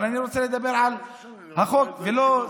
אבל אני רוצה לדבר על החוק ולא,